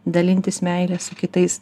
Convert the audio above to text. dalintis meile su kitais